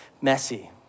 messy